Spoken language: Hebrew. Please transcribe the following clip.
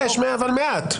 יש, אבל במעט.